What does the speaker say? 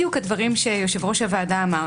בדיוק הדברים שיושב-ראש הוועדה אמר.